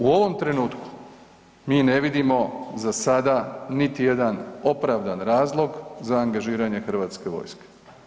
U ovom trenutku mi ne vidimo za sada niti jedan opravdani razlog za angažiranje Hrvatske vojske.